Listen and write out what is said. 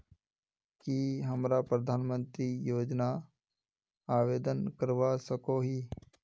की हमरा प्रधानमंत्री योजना आवेदन करवा सकोही?